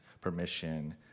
permission